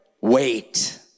wait